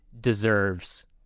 deserves